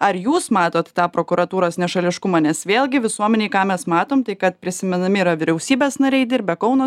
ar jūs matot tą prokuratūros nešališkumą nes vėlgi visuomenėj ką mes matom tai kad prisimenami yra vyriausybės nariai dirbę kauno